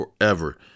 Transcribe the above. forever